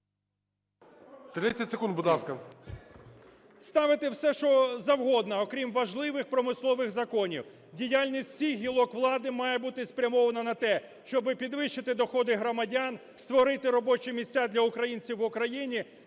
Ставите все, що завгодно, окрім важливих промислових законів. Діяльність всіх гілок влади має бути спрямована на те, щоб підвищити доходи громадян, створити робочі місця для українців в Україні,